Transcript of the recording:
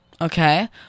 Okay